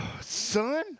son